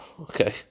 okay